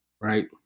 right